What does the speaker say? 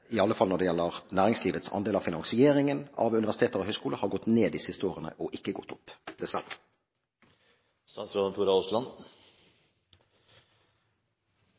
gjelder næringslivets andel av finansieringen av universiteter og høyskoler, har dessverre gått ned de siste årene og ikke opp.